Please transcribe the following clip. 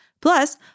Plus